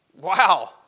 Wow